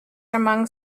among